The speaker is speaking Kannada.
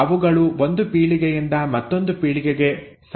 ಅವುಗಳು ಒಂದು ಪೀಳಿಗೆಯಿಂದ ಮತ್ತೊಂದು ಪೀಳಿಗೆಗೆ ಸಾಗಬೇಕಾಗಿದೆ